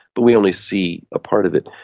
but we only see a part of it.